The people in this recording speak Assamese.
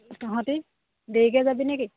তহঁতি দেৰিকে যাবিনে কি